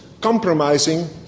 compromising